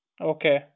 Okay